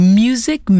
music